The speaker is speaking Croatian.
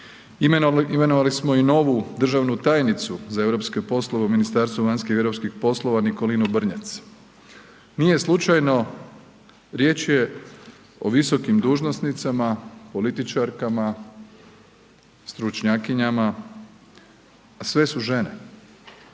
Imenovali smo i novu državnu tajnicu za europske poslove u Ministarstvu vanjskih i europskih poslova Nikolinu Brnjac. Nije slučajno, riječ je o visokim dužnosnicama, političarkama, stručnjakinjama a sve su žene.